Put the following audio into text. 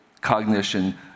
cognition